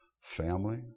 family